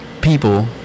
people